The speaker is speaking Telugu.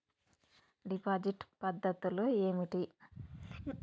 డిపాజిట్ పద్ధతులు ఏమిటి?